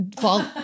fall